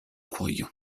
cuoio